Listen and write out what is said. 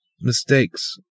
mistakes